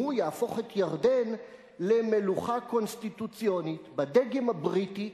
הוא יהפוך את ירדן למלוכה קונסטיטוציונית בדגם הבריטי.